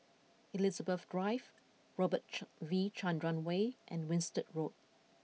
Elizabeth Drive Robert V Chandran Way and Winstedt Road